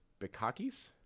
Bikakis